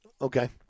Okay